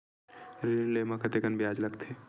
ऋण ले म कतेकन ब्याज लगथे?